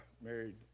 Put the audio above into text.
married